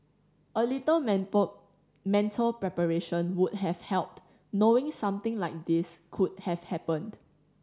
a little mental preparation would have helped knowing something like this could have happened